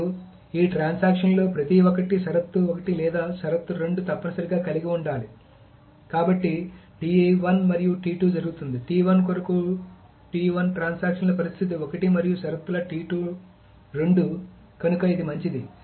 ఇప్పుడు ఈ ట్రాన్సాక్షన్ లలో ప్రతి ఒక్కటి షరతు ఒకటి లేదా షరతు రెండు తప్పనిసరిగా కలిగి ఉండాలి కాబట్టి మరియు జరుగుతుంది కొరకు ట్రాన్సాక్షన్ ల పరిస్థితి ఒకటి మరియు షరతుల రెండు కనుక ఇది మంచిది